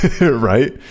Right